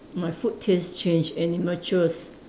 my food taste change and it matures